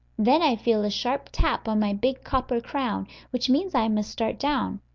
then i feel a sharp tap on my big copper crown, which means i must start down.